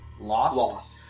lost